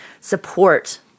support